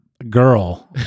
girl